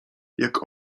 jak